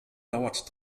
dauert